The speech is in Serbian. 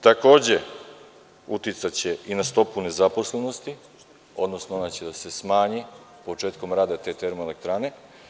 Takođe, uticaće i na stopu nezaposlenosti, odnosno, ona će da se smanji početkom rada te termoelektrane.